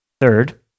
Third